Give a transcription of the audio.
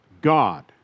God